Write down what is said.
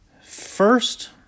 first